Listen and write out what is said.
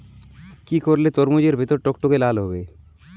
কি করলে তরমুজ এর ভেতর টকটকে লাল হবে?